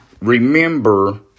remember